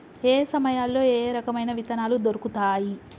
ఏయే సమయాల్లో ఏయే రకమైన విత్తనాలు దొరుకుతాయి?